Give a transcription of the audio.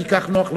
כי כך נוח לממשלה.